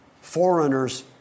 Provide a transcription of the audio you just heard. Foreigners